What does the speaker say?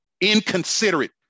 inconsiderate